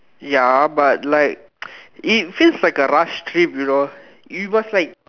ya but like it feels like a rush trip you know you must like